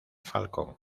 falcón